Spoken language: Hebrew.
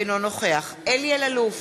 אינו נוכח אלי אלאלוף,